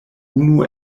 unu